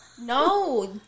No